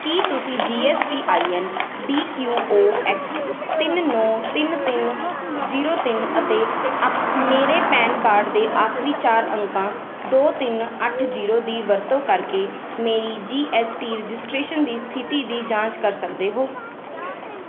ਕੀ ਤੁਸੀਂ G S T I N D Q O X ਤਿੰਨ ਨੌ ਤਿੰਨ ਤਿੰਨ ਜ਼ੀਰੋ ਤਿੰਨ ਅਤੇ ਅਪ ਮੇਰੇ ਪੈਨ ਕਾਰਡ ਦੇ ਆਖਰੀ ਚਾਰ ਅੰਕਾਂ ਦੋ ਤਿੰਨ ਅੱਠ ਜ਼ੀਰੋ ਦੀ ਵਰਤੋਂ ਕਰਕੇ ਮੇਰੀ ਜੀ ਐੱਸ ਟੀ ਰਜਿਸਟ੍ਰੇਸ਼ਨ ਦੀ ਸਥਿਤੀ ਦੀ ਜਾਂਚ ਕਰ ਸਕਦੇ ਹੋ